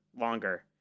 longer